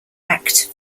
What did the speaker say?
act